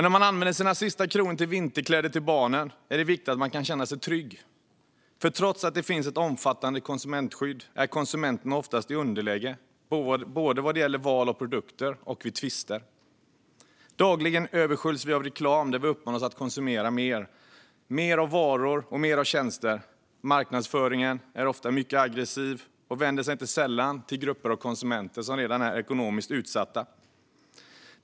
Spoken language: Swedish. När man använder sina sista kronor till vinterkläder till barnen är det viktigt att man kan känna sig trygg, för trots att det finns ett omfattande konsumentskydd är konsumenterna oftast i underläge både vad gäller val av produkter och vid tvister. Dagligen översköljs vi av reklam där vi uppmanas att konsumera mer av varor och tjänster. Marknadsföringen är ofta mycket aggressiv och vänder sig inte sällan till grupper av konsumenter som redan är ekonomiskt utsatta.